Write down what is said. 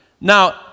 now